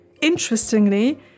Interestingly